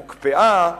הוקפאה,